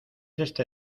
este